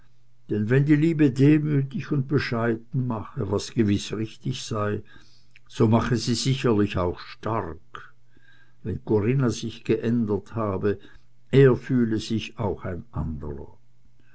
denn wenn die liebe demütig und bescheiden mache was gewiß richtig sei so mache sie sicherlich auch stark wenn corinna sich geändert habe er fühle sich auch ein anderer